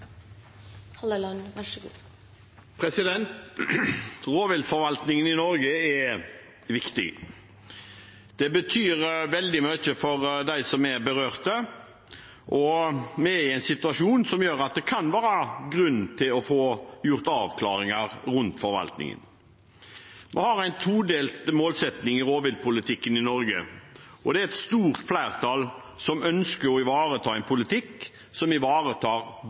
viktig. Det betyr veldig mye for dem som er berørt. Vi er i en situasjon som gjør at det kan være grunn til å få gjort avklaringer rundt forvaltningen. Vi har en todelt målsetting i rovviltpolitikken i Norge, og det er et stort flertall som ønsker å ivareta en politikk som ivaretar